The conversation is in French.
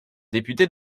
députés